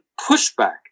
pushback